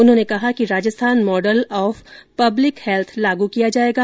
उन्होंने कहा कि Rajasthan model of public health लागू किया जाएगा